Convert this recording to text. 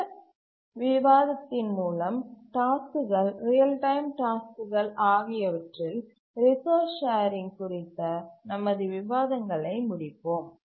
அந்த விவாதத்தின் மூலம் டாஸ்க்குகள் ரியல் டைம் டாஸ்க்குகள் ஆகியவற்றில் ரிசோர்ஸ் ஷேரிங் குறித்த நமது விவாதங்களை முடிப்போம்